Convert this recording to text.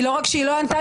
לא רק שהיא לא ענתה,